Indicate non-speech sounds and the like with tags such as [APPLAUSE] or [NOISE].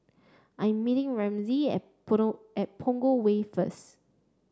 I'm meeting Ramsey at [UNINTELLIGIBLE] at Punggol Way first